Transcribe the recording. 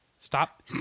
Stop